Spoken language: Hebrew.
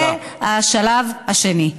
זה השלב השני.